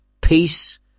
peace